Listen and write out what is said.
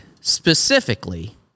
specifically